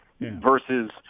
versus